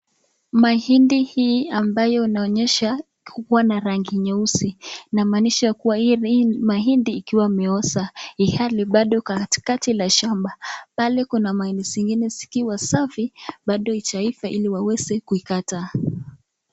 Mahindi hii ambayo inaonyesha kuwa na rangi nyeusi inamaanisha kuwa hii mahindi ikiwa imeoza ilhali bado katikati la shamba pale kuna mahindi zingine zikiwa safi bado hijaiva ili waweze kuikata.